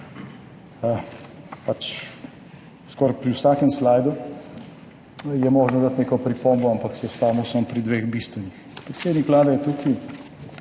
Skoraj pri vsakem slajdu je možno dati neko pripombo, ampak se ustavimo samo pri dveh bistvenih. Predsednik Vlade tukaj